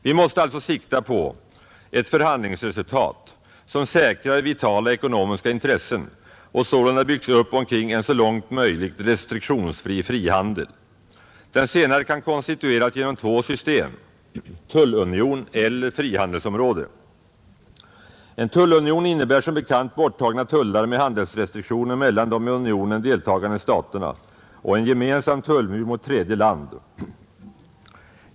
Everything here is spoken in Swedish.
Vi måste alltså sikta på ett förhandlingsresultat som säkrar vitala ekonomiska intressen och sålunda byggs upp omkring en så långt möjligt restriktionsfri frihandel. Den senare kan konstit 1eras genom två system: tullunion eller frihandelsområde. En tullunion innebär som bekant borttagna tullar och handelsrestriktioner mellan de i unionen deltagande staterna och en gemensam tullmur mot tredje land.